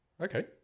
Okay